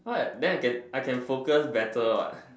what then I can I can focus better what